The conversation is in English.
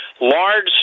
large